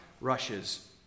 rushes